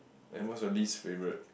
and what's your least favourite